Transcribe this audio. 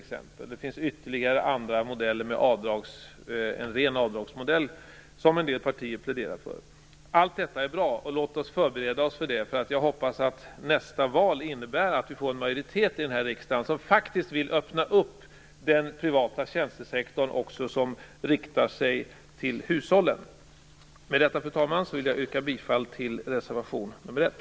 Det finns ytterligare andra modeller, t.ex. en ren avdragsmodell som en del partier pläderar för. Allt detta är bra. Låt oss förbereda oss för det. Jag hoppas att nästa val innebär att vi får en majoritet i riksdagen som faktiskt vill öppna den privata tjänstesektor som också riktar sig till hushållen. Med detta, fru talman, vill jag yrka bifall till reservation nr 1.